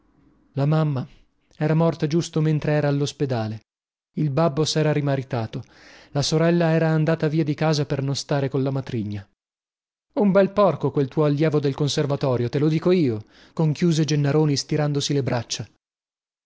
la mamma era morta giusto mentre era allospedale il babbo sera rimaritato la sorella era andata via di casa per non stare colla matrigna un bel porco quel tuo allievo del conservatorio te lo dico io conchiuse gennaroni stirandosi le braccia